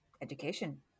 education